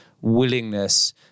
willingness